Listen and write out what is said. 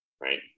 Right